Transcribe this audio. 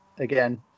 Again